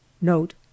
Note